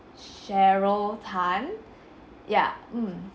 cheryl tan ya mm